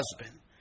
husband